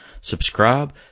Subscribe